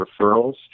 referrals